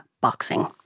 boxing